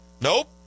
Nope